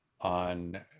on